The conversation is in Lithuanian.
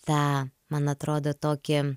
tą man atrodo tokį